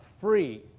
free